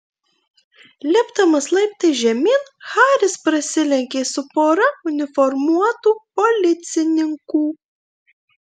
lipdamas laiptais žemyn haris prasilenkė su pora uniformuotų policininkų